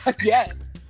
Yes